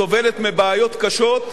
סובלת מבעיות קשות,